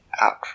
out